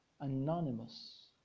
anonymous